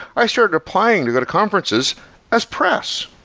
i started applying to go to conferences as press,